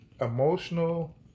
emotional